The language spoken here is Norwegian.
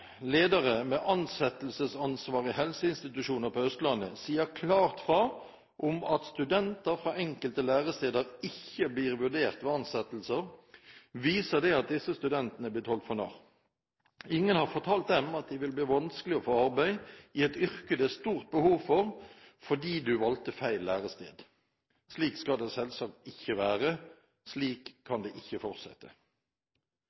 ledere med ansettelsesansvar i helseinstitusjoner på Østlandet sier klart fra om at studenter fra enkelte læresteder ikke blir vurdert ved ansettelser, viser det at disse studentene er blitt holdt for narr. Ingen har fortalt dem at det vil bli vanskelig å få arbeid, i et yrke det er stort behov for, fordi de valgte feil lærested. Slik skal det selvsagt ikke være. Slik